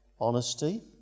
honesty